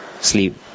sleep